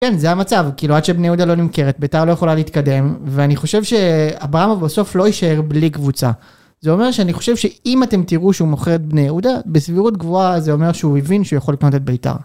כן, זה המצב. כאילו עד שבני יהודה לא נמכרת, ביתר לא יכולה להתקדם, ואני חושב שאברהם אבו סוף לא יישאר בלי קבוצה. זה אומר שאני חושב שאם אתם תראו שהוא מוכר את בני יהודה, בסבירות גבוהה זה אומר שהוא הבין שהוא יכול לקנות את ביתר.